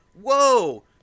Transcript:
Whoa